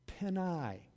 penai